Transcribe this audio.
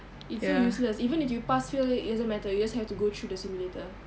it's so useless even if you pass fail it doesn't matter you just have to go through the simulator